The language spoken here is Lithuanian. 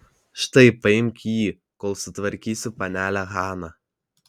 štai paimk jį kol sutvarkysiu panelę haną